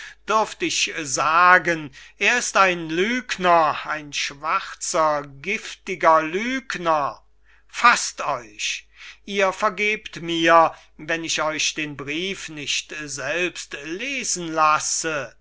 dürft ich sagen er ist ein lügner ein schwarzer giftiger lügner faßt euch ihr vergebt mir wenn ich euch den brief nicht selbst lesen lasse